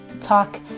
talk